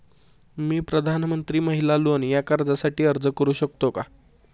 मी प्रधानमंत्री महिला लोन या कर्जासाठी अर्ज करू शकतो का?